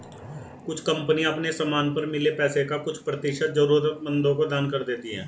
कुछ कंपनियां अपने समान पर मिले पैसे का कुछ प्रतिशत जरूरतमंदों को दान कर देती हैं